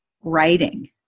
writing